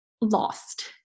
lost